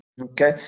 Okay